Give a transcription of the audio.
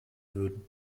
würden